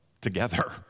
together